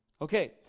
Okay